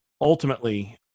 ultimately